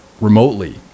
remotely